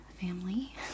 family